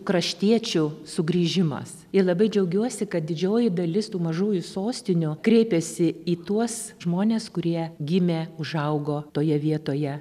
kraštiečių sugrįžimas ir labai džiaugiuosi kad didžioji dalis tų mažųjų sostinių kreipėsi į tuos žmones kurie gimė užaugo toje vietoje